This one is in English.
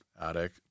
attic